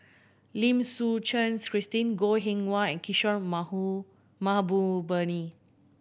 Lim Suchen Christine Goh Eng Wah and Kishore Mahbubani